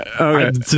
Okay